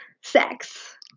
sex